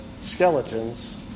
skeletons